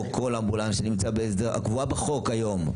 בכל אמבולנס שנמצא בהסדר הקבוע בחוק היום.